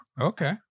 Okay